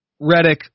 Redick